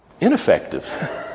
ineffective